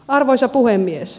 arvoisa puhemies